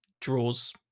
draws